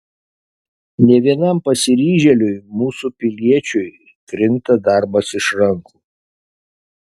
ne vienam pasiryžėliui mūsų piliečiui krinta darbas iš rankų